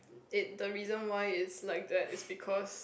it the reason why it's like that is because